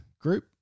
group